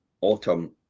autumn